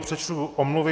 Přečtu omluvy.